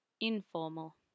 Informal